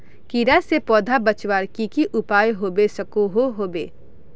कीड़ा से पौधा बचवार की की उपाय होबे सकोहो होबे?